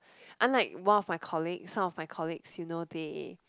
unlike one of my colleague some of my colleagues you know they